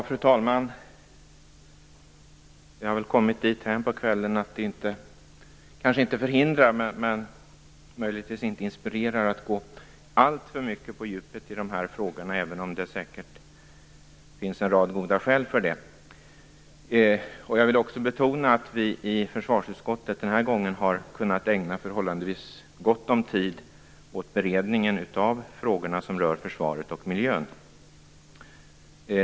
Fru talman! Vi har kommit dithän på kvällen att den sena timmen kanske inte förhindrar men möjligtvis inte inspirerar att gå alltför mycket på djupet i de här frågorna, även om det säkert finns en rad goda skäl för det. Jag vill betona att vi i försvarsutskottet den här gången har kunnat ägna förhållandevis gott om tid åt beredningen av frågorna som rör försvaret och miljön.